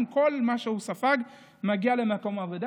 ועם כל מה שהוא ספג הוא מגיע למקום העבודה,